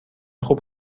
خوب